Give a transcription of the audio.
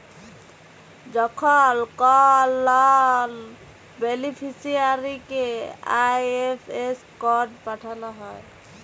যখল কল লল বেলিফিসিয়ারিকে আই.এফ.এস কড পাঠাল হ্যয়